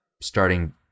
starting